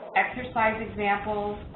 exercise examples,